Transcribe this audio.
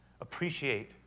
appreciate